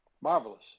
marvelous